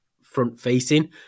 front-facing